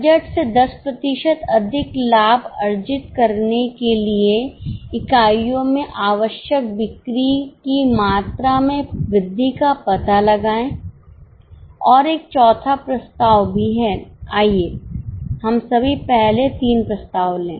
budget से 10 प्रतिशत अधिक लाभ अर्जित करने के लिए इकाइयों में आवश्यक बिक्री की मात्रा में वृद्धि का पता लगाएं और एक और चौथा प्रस्ताव भी है आइए हम अभी पहले 3 प्रस्ताव लें